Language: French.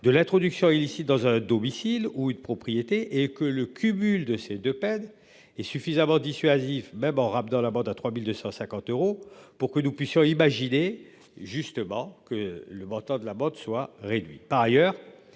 de l'introduction illicite dans un domicile ou une propriété et que le cumul de ces deux peines et suffisamment dissuasif rap dans la bande à 3250 euros pour que nous puissions imaginer justement que le montant de la mode soit réduit